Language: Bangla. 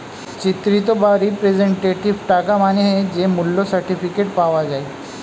চিত্রিত বা রিপ্রেজেন্টেটিভ টাকা মানে যে মূল্য সার্টিফিকেট পাওয়া যায়